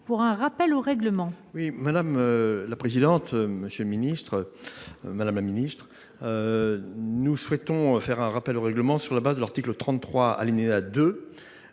pour un rappel au règlement.